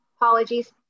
apologies